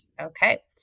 okay